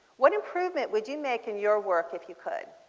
what improvement would you make in your work if you could.